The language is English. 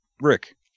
Rick